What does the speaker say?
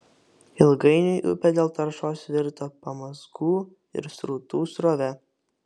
ilgainiui upė dėl taršos virto pamazgų ir srutų srove